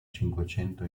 cinquecento